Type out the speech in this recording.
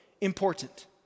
important